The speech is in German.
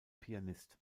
pianist